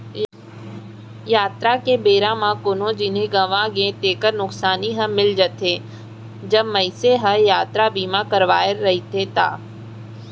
यातरा के बेरा म कोनो जिनिस गँवागे तेकर नुकसानी हर मिल जाथे, जब मनसे ह यातरा बीमा करवाय रहिथे ता